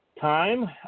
time